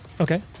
Okay